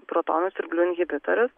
protonų siurblių inhibitorius